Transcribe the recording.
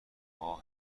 ماه